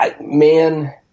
Man